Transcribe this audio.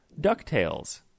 ducktales